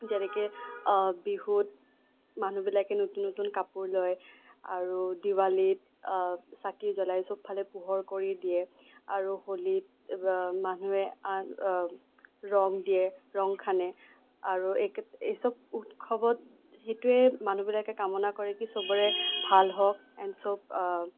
যেনেকে বিহুত মানুহবিলাকে নতুন নতুন কাপোৰ লয় আৰু দিৱালীত চাকি জ্বলায় চবফালে পোহৰ কৰি দিয়ে আৰু হলিত মানুহে ৰং দিয়ে ৰং সানে আৰু একেটা এইচব উৎসৱত সেইটোৱেই মানুহবিলাকে কামনা কৰে কি চবৰে ভাল হওক এণ্ড চব